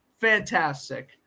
Fantastic